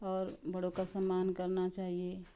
और बड़ों का सम्मान करना चाहिए